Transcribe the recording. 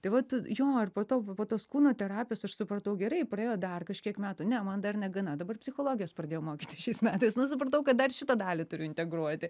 tai vat jo ir po to po tos kūno terapijos aš supratau gerai praėjo dar kažkiek metų ne man dar negana dabar psichologijos pradėjau mokytis šiais metais nu supratau kad dar šitą dalį turiu integruoti